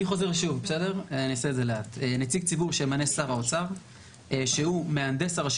אני חוזר שוב: "נציג ציבור שימנה שר האוצר שהוא מהנדס הרשום